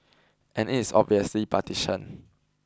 and is obviously partisan